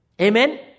Amen